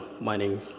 mining